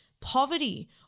poverty